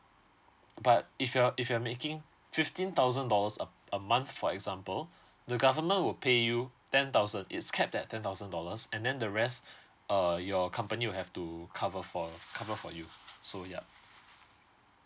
but if you're if you're making fifteen thousand dollars a a month for example the government will pay you ten thousand is capped at ten thousand dollars and then the rest uh your company will have to cover for cover for you so yeah